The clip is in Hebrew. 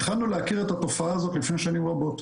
התחלנו להכיר את התופעה הזאת לפני שנים רבות,